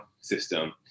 system